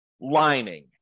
lining